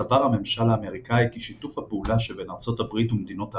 סבר הממשל האמריקאי כי שיתוף הפעולה שבין ארצות הברית ומדינות ערב,